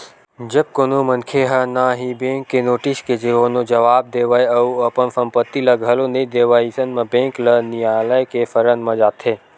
जब कोनो मनखे ह ना ही बेंक के नोटिस के कोनो जवाब देवय अउ अपन संपत्ति ल घलो नइ देवय अइसन म बेंक ल नियालय के सरन म जाथे